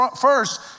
first